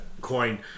coin